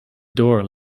door